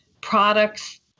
products